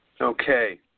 Okay